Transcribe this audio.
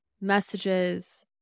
messages